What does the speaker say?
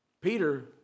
Peter